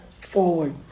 forward